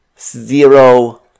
Zero